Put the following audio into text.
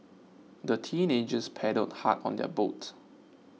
the teenagers paddled hard on their boat